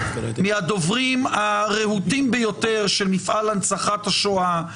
מהדוברים הרהוטים ביותר של מפעל הנצחת השואה,